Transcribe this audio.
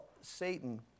Satan